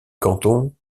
canton